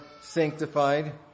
sanctified